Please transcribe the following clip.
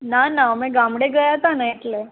ના ના અમે ગામડે ગયાં હતાં ને એટલે